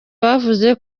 bavuze